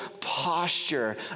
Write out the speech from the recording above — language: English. posture